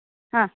हा